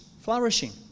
flourishing